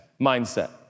mindset